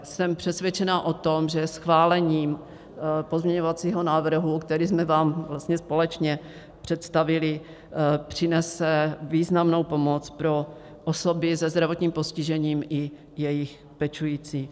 Jsem přesvědčena o tom, že schválení pozměňovacího návrhu, který jsme vám vlastně společně představili, přinese významnou pomoc pro osoby se zdravotním postižením i jejich pečující.